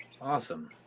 Awesome